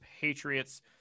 Patriots